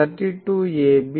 32 ab